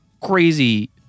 crazy